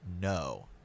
no